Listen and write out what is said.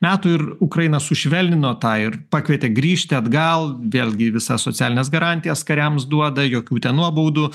metų ir ukraina sušvelnino tą ir pakvietė grįžti atgal vėlgi visas socialines garantijas kariams duoda jokių ten nuobaudų